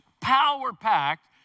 power-packed